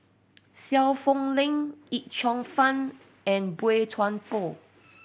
Seow Poh Leng Yip Cheong Fun and Boey Chuan Poh